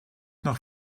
nach